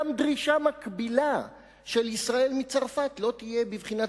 גם דרישה מקבילה של ישראל מצרפת לא תהיה בבחינת